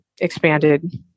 expanded